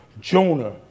Jonah